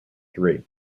three